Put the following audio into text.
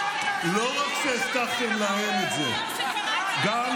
לא רק שהבטחתם להם את זה, גם